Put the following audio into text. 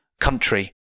country